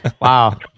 Wow